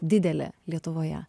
didelė lietuvoje